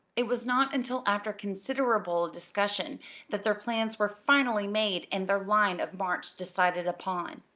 it was not until after considerable discussion that their plans were finally made and their line of march decided upon.